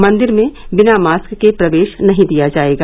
मंदिर में बिना मास्क के प्रवेश नहीं दिया जाएगा